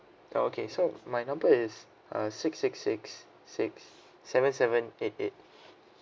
okay so my number is uh six six six six seven seven eight eight